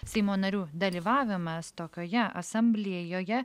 seimo narių dalyvavimas tokioje asamblėjoje